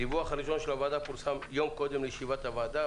הדיווח הראשון של הוועדה פורסם יום קודם לישיבת הוועדה,